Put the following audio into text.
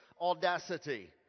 audacity